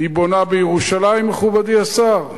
היא בונה בירושלים, מכובדי השר?